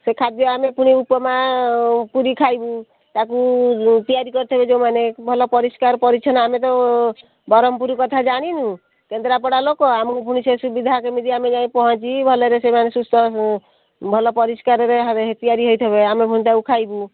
ସେ ଖାଦ୍ୟ ଆମେ ପୁରୀ ଉପମା ପୁରୀ ଖାଇବୁ ତାକୁ ତିଆରି କରିଥିବେ ଯେଉଁମାନେ ଭଲ ପରିଷ୍କାର ପରିଚ୍ଛନ୍ନ ଆମେ ତ ବ୍ରହ୍ମପୁର କଥା ଜାଣିନୁ କେନ୍ଦ୍ରାପଡ଼ା ଲୋକ ଆମକୁ ପୁଣି ସେ ସୁବିଧା ଆମେ କେମିତି ଯାଇ ପହଞ୍ଚି ଭଲରେ ସେମାନେ ସୁସ୍ଥ ଭଲ ପରିଷ୍କାରରେ ତିଆରି ହେଇଥିବ ଆମେ ପୁଣି ତାକୁ ଖାଇବୁ